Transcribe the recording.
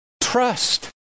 trust